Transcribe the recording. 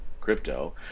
crypto